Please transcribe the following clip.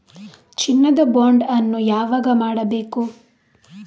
ಚಿನ್ನ ದ ಬಾಂಡ್ ಅನ್ನು ಯಾವಾಗ ಮಾಡಬೇಕು?